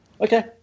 Okay